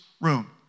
room